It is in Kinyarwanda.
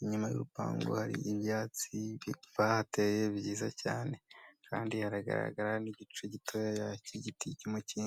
inyuma y'urupango hari ibyatsi bihateye byiza cyane kandi hagaragara n'igice gitogi cy'igiti cy'umukindo.